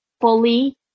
fully